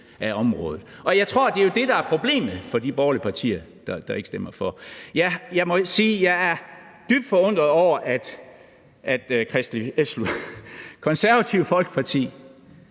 af området. Jeg tror, det er det, der er problemet for de borgerlige partier, der ikke stemmer for. Jeg må sige, at jeg er dybt forundret over, at Det Konservative Folkeparti